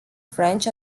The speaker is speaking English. french